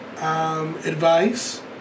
Advice